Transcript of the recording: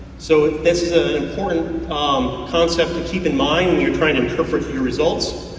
so this is an an important um concept to keep in mind when you're trying to interpret your results.